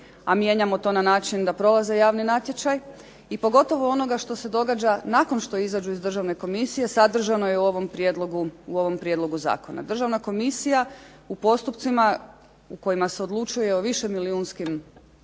a mijenjamo to na način da prolaze javni natječaj i pogotovo onoga što se događa nakon što izađu iz Državne komisije sadržano je u ovom Prijedlogu zakona. Državna komisija u postupcima u kojima se odlučuje u višemilijunskim